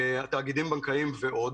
תאגידים בנקאיים ועוד